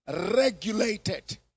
regulated